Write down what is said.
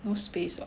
no space